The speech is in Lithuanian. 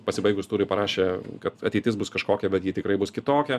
pasibaigus turui parašė kad ateitis bus kažkokia bet ji tikrai bus kitokia